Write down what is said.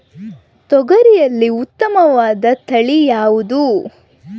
ತೊಗರಿಯಲ್ಲಿ ಉತ್ತಮವಾದ ತಳಿ ಯಾವುದು?